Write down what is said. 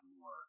more